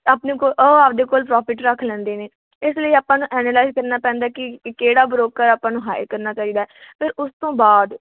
ਆਪਣੇ ਕੋਲ ਉਹ ਆਪਣੇ ਕੋਲ ਪ੍ਰੋਫਿਟ ਰੱਖ ਲੈਂਦੇ ਨੇ ਇਸ ਲਈ ਆਪਾਂ ਨੂੰ ਐਨਾਲਾਈਜ਼ ਕਰਨਾ ਪੈਂਦਾ ਕਿ ਕਿਹੜਾ ਬ੍ਰੋਕਰ ਆਪਾਂ ਨੂੰ ਹਾਇਰ ਕਰਨਾ ਚਾਹੀਦਾ ਫਿਰ ਉਸ ਤੋਂ ਬਾਅਦ